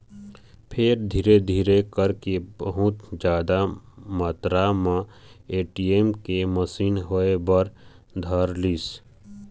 फेर धीरे धीरे करके बहुत जादा मातरा म ए.टी.एम के मसीन होय बर धरलिस